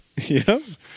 Yes